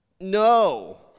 no